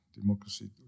democracy